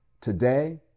today